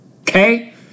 Okay